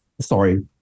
sorry